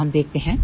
तो हम देखते हैं